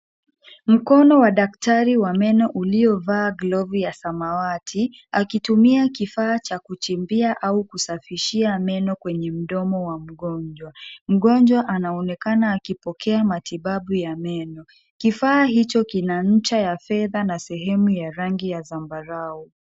Mkono wa daktari wa meno uliovaa glovu ya samawati akitumia kifaa cha kuchimbia au kusafishia meno kwenye mdomo wa mgonjwa. Mgonjwa anaonekana akipokea matibabu ya meno. Kifaa hicho kina ncha ya fedha na sehemu ya rangi ya zambarau.